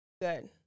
Good